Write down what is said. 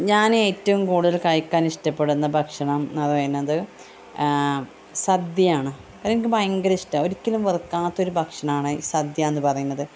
ഞാൻ ഏറ്റവും കൂടുതൽ കഴിക്കാൻ ഇഷ്ടപ്പെടുന്ന ഭക്ഷണം എന്ന് പറയുന്നത് സദ്യയാണ് അത് ഇനിക്ക് ഭയങ്കര ഇഷ്ടമാണ് ഒരിക്കലും വെറുക്കാത്തൊരു ഭക്ഷണമാണ് സദ്യ എന്ന് പറയുന്നത്